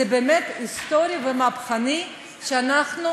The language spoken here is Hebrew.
זה באמת היסטורי ומהפכני ואנחנו